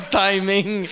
timing